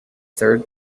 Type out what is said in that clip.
third